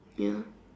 ya